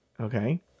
Okay